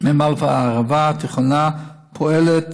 מועצה אזורית ערבה תיכונה פועלת